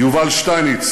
יובל שטייניץ,